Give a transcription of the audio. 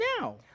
now